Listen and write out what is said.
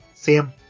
Sam